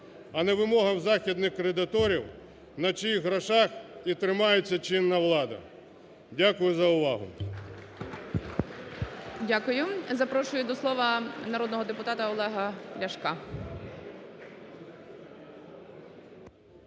а не вимогам західних кредиторів, на чиїх грошах і тримається чинна влада. Дякую за увагу.